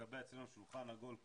לקבע אצלנו שולחן עגול קבוע,